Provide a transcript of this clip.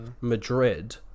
Madrid